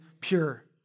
pure